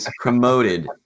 promoted